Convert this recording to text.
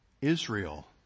Israel